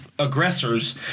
Aggressors